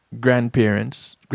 grandparents